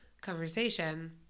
conversation